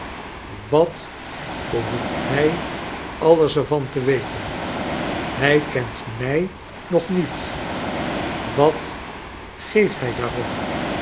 wat behoeffc hij a lies er van te weten hij kent m ij nog met wat geeft hij daarom